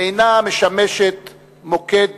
אינה משמשת מוקד